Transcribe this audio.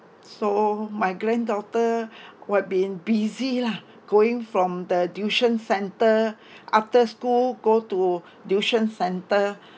so my granddaughter would been busy lah going from the tuition centre after school go to tuition centre